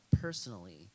personally